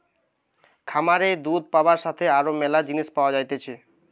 খামারে দুধ পাবার সাথে আরো ম্যালা জিনিস পাওয়া যাইতেছে